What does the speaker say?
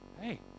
Hey